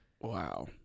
Wow